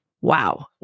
Wow